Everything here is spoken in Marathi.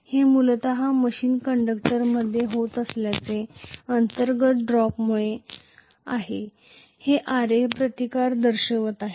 हे मूलत मशीन कंडक्टरमध्ये होत असलेल्या अंतर्गत ड्रॉपमुळे आहे जे Ra प्रतिकार दर्शवित आहेत